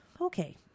Okay